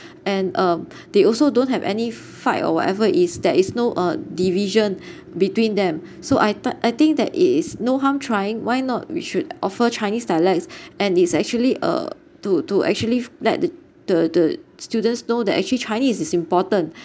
and um they also don't have any fight or whatever is there is no uh division between them so I th~I think that it is no harm trying why not we should offer chinese dialects and it's actually uh to to actually f~let the the students know that actually chinese is important